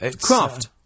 Craft